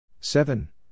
seven